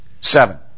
Seven